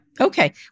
Okay